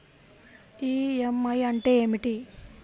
EMI అంటే ఏమిటి?